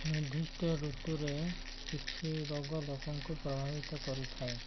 ନିର୍ଦ୍ଧିଷ୍ଟ ଋତୁରେ କିଛି ରୋଗ ଲୋକଙ୍କୁ ପ୍ରଭାବିତ କରିଥାଏ